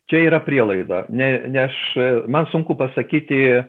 čia yra prielaida ne ne aš man sunku pasakyti